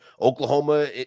Oklahoma